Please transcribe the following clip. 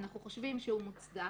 אנחנו חושבים שהוא מוצדק,